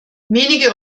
wenige